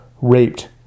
raped